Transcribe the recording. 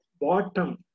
bottom